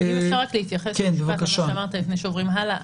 אם אפשר להתייחס לדברים שאמרת לפני שעוברים הלאה.